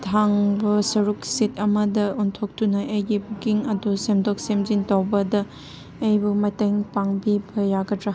ꯊꯥꯡꯕ ꯁꯔꯨꯛ ꯁꯤꯠ ꯑꯃꯗ ꯑꯣꯟꯊꯣꯛꯇꯨꯅ ꯑꯩꯒꯤ ꯕꯨꯛꯀꯤꯡ ꯑꯗꯨ ꯁꯦꯝꯗꯣꯛ ꯁꯦꯝꯖꯤꯟ ꯇꯧꯕꯗ ꯑꯩꯕꯨ ꯃꯇꯦꯡ ꯇꯧꯕꯤꯕ ꯌꯥꯒꯗ꯭ꯔꯥ